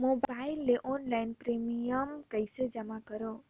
Mobile ले online premium कइसे जमा करों?